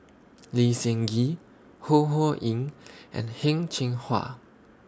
Lee Seng Gee Ho Ho Ying and Heng Cheng Hwa